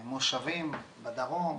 מושבים בדרום,